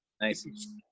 Nice